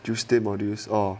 tuesday modules or